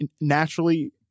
naturally